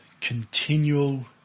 Continual